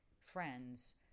friends